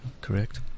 Correct